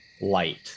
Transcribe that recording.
light